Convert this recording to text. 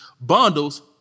bundles